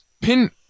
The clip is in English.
pin